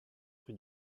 rue